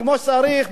כמו שצריך,